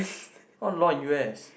oh law in U_S